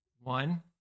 One